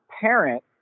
parent